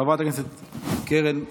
חברת הכנסת קרן ברק,